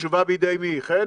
התשובה בידי מי, חן?